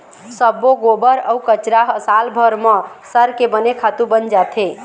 सब्बो गोबर अउ कचरा ह सालभर म सरके बने खातू बन जाथे